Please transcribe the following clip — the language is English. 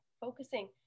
focusing